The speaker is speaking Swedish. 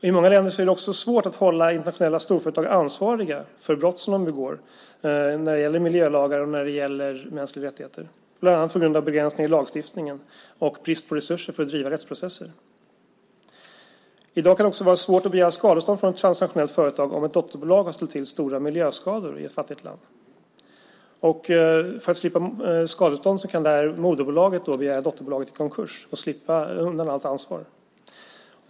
I många länder är det också svårt att hålla internationella storföretag ansvariga för brott som de begår när det gäller miljölagar och mänskliga rättigheter, bland annat på grund av begränsningar i lagstiftningen och brist på resurser för att driva rättsprocesser. I dag kan det också vara svårt att begära skadestånd från ett transnationellt företag om ett dotterbolag har ställt till stora miljöskador i ett fattigt land. För att slippa skadestånd kan moderbolaget begära dotterbolaget i konkurs och slippa undan allt ansvar.